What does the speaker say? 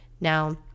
Now